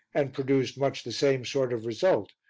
and produced much the same sort of result,